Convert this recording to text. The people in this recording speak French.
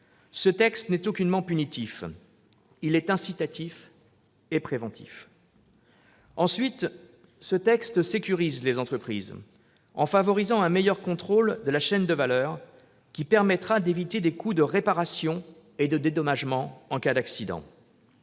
Ce texte n'est aucunement punitif, il est incitatif et préventif. Ensuite, il tend à sécuriser les entreprises en favorisant un meilleur contrôle de la chaîne de valeur, ce qui permettra d'éviter des coûts de réparation et de dédommagement en cas d'accident.